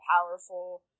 powerful